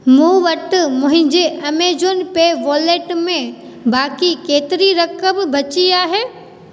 मूं वटि मुंहिंजे अमेजोन वॉलेट में बाक़ी केतिरी रक़म बची आहे